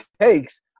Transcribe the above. takes